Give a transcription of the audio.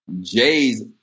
Jay's